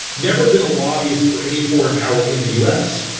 never been a lobbyist for any foreign power in the us.